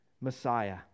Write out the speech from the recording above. Messiah